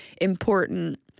important